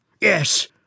Yes